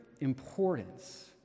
importance